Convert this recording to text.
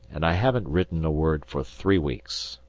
and i haven't written a word for three weeks.